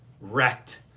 wrecked